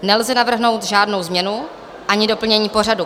Nelze navrhnout žádnou změnu ani doplnění pořadu.